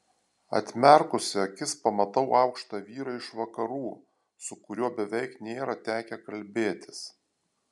atmerkusi akis pamatau aukštą vyrą iš vakarų su kuriuo beveik nėra tekę kalbėtis